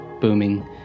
booming